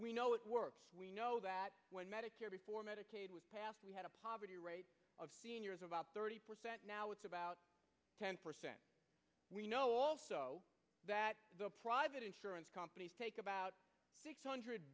we know it works we know that when medicare before medicaid was passed we had a poverty rate of about thirty percent now it's about ten percent we know that the private insurance companies take about two hundred